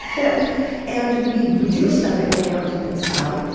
and and we we do stuff it way down deep inside,